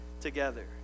together